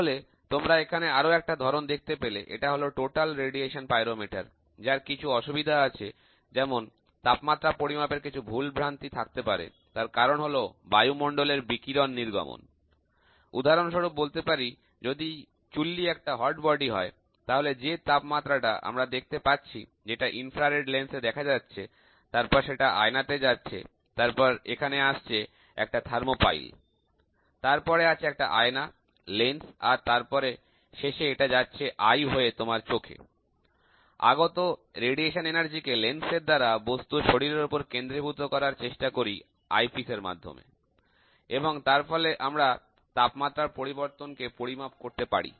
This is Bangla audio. তাহলে তোমরা এখানে আরও একটা ধরন দেখতে পেলে এটা হল টোটাল রেডিয়েশন পাইরোমিটার যার কিছু অসুবিধা আছে যেমন তাপমাত্রা পরিমাপের কিছু ভুলভ্রান্তি থাকতে পারে তার কারণ হলো বায়ুমণ্ডলের বিকিরণ নির্গমন উদাহরণস্বরূপ বলতে পারি যদি চুল্লি একটা গরম শরীর হয় তাহলে যে তাপমাত্রা টা আমরা দেখতে পাচ্ছি যেটা ইনফ্রারেড লেন্সে দেখা যাচ্ছে তারপর সেটা আয়নাতে যাচ্ছে তারপর এখানে আসছে একটা তাপমৌল তারপরে আছে একটা আয়না একটা লেন্স আর সবশেষে এটা আই পীস হয়ে তোমার চোখে পৌঁছায় আমরা আইপিসের মাধ্যমে দেখে আগত বিকিরিত শক্তি কে লেন্সের দ্বারা বস্তুর শরীরের উপর কেন্দ্রীভূত করার চেষ্টা করি এবং তার ফলে আমরা তাপমাত্রা পরিবর্তন পরিমাপ করতে পারি